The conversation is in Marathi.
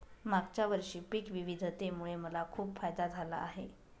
मागच्या वर्षी पिक विविधतेमुळे मला खूप फायदा झाला आहे